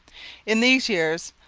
in these years,